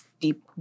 deep